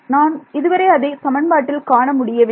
நான் இதுவரை அதை சமன்பாட்டில் காண முடியவில்லை